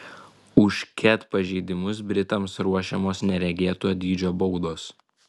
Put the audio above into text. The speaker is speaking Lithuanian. už ket pažeidimus britams ruošiamos neregėto dydžio baudos